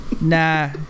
Nah